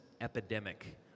epidemic